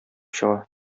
чыга